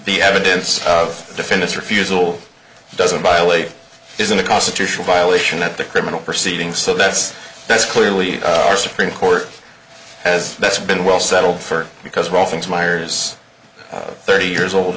the evidence of defendants refusal doesn't violate isn't a constitutional violation that the criminal proceeding so that's that's clearly our supreme court has that's been well settled for because of all things meyers thirty years old